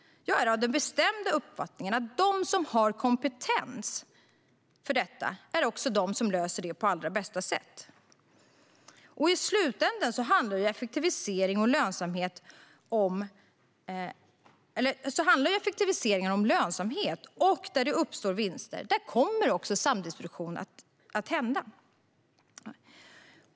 Jag är av den bestämda uppfattningen att de som har kompetens för detta också är de som löser det på allra bästa sätt. I slutändan handlar effektivisering om lönsamhet, och där det uppstår vinster kommer samdistribution också att ske.